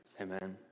Amen